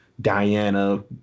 Diana